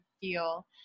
feel